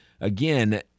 again